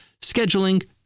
scheduling